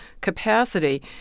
capacity